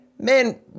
Man